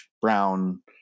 brown